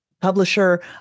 publisher